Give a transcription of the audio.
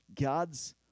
God's